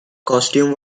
costume